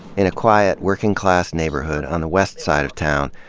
in a quiet working-class neighborhood on the west side of town,